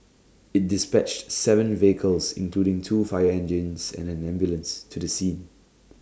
IT dispatched Seven vehicles including two fire engines and an ambulance to the scene